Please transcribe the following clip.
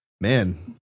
man